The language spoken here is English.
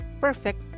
perfect